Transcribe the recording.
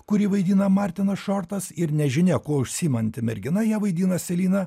kurį vaidina martinas šortas ir nežinia kuo užsiimanti mergina ją vaidina selina